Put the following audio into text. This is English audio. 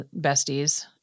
besties